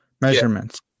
measurements